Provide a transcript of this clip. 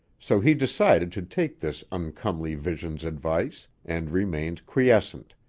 so he decided to take this uncomely vision's advice, and remained quiescent,